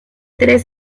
tres